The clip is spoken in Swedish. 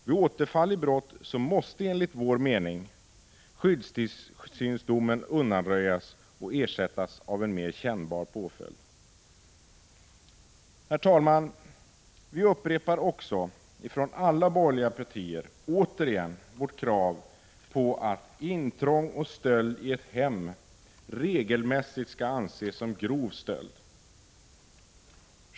Vid återfall i brott måste enligt vår mening skyddstillsynsdomen undanröjas och ersättas av en mer kännbar påföljd. Från alla borgerliga partier upprepar vi återigen vårt krav på att intrång och stöld i ett hem regelmässigt skall anses som grov stöld.